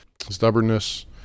stubbornness